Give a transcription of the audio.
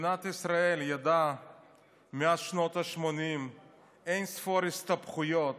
מדינת ישראל ידעה מאז שנות השמונים אין-ספור הסתבכויות